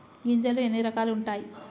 గింజలు ఎన్ని రకాలు ఉంటాయి?